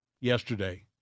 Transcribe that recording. yesterday